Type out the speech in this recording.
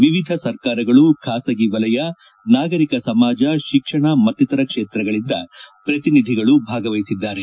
ವಿವಿಧ ಸರ್ಕಾರಗಳು ಖಾಸಗಿ ವಲಯ ನಾಗರಿಕ ಸಮಾಜ ಶಿಕ್ಷಣ ಮತ್ತಿತರ ಕ್ಷೇತ್ರಗಳಿಂದ ಪ್ರತಿನಿಧಿಗಳು ಭಾಗವಹಿಸಿದ್ದಾರೆ